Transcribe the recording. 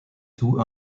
two